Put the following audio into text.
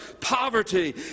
poverty